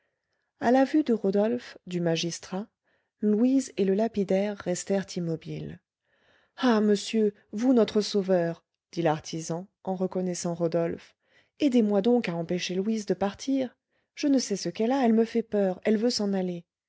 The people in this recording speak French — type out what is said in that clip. à la vue de rodolphe du magistrat louise et le lapidaire restèrent immobiles ah monsieur vous notre sauveur dit l'artisan en reconnaissant rodolphe aidez-moi donc à empêcher louise de partir je ne sais ce qu'elle a elle me fait peur elle veut s'en aller